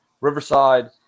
Riverside